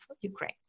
Ukraine